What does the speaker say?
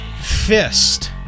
fist